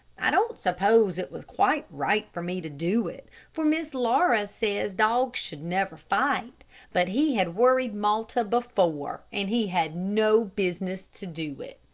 i don't suppose it was quite right for me to do it, for miss laura says dogs should never fight but he had worried malta before, and he had no business to do it.